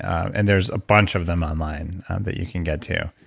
and there's a bunch of them online that you can get to